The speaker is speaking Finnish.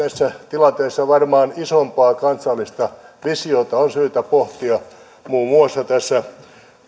tilanteessa varmaan isompaa kansallista visiota on syytä pohtia muun muassa tässä